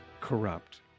corrupt